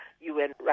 UN